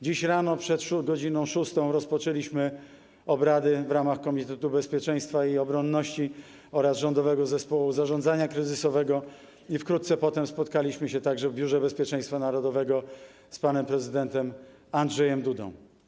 Dziś rano przed godz. 6 rozpoczęliśmy obrady w ramach komitetu bezpieczeństwa i obronności oraz Rządowego Zespołu Zarządzania Kryzysowego i wkrótce potem spotkaliśmy się także w Biurze Bezpieczeństwa Narodowego z panem prezydentem Andrzejem Dudą.